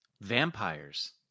Vampires